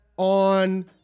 On